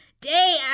Day